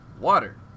water